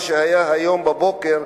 מה שהיה היום בבוקר,